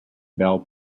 bell